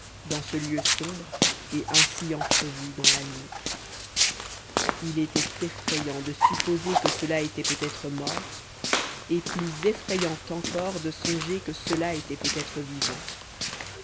dans ce lieu sombre et ainsi entrevue dans la nuit il était effrayant de supposer que cela était peut-être mort et plus effrayant encore de songer que cela était peut-être vivant